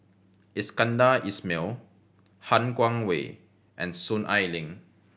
Iskandar Ismail Han Guangwei and Soon Ai Ling